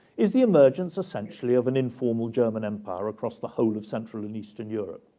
is the emergence essentially of an informal german empire across the whole of central and eastern europe.